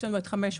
יש לנו את 587,